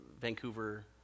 Vancouver